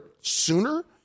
sooner